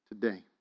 today